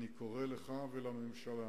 אני קורא לך ולממשלה,